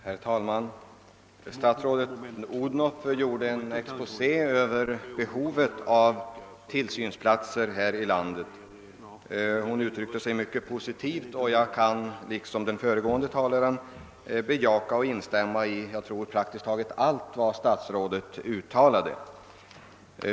Herr talman! Statsrådet fru Odhnoff gjorde en exposé över behovet av tillsynsplatser här i landet. Hon uttryckte sig mycket positivt, och liksom den föregående talaren kan jag bejaka och instämma i praktiskt taget allt vad statsrådet sade.